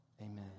Amen